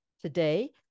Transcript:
Today